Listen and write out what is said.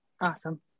awesome